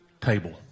table